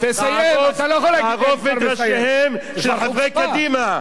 לערוף את ראשיהם של חברי קדימה,